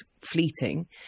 fleeting